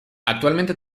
actualmente